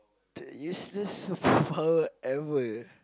the useless superpower ever